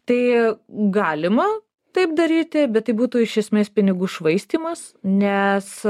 tai galima taip daryti bet tai būtų iš esmės pinigų švaistymas nes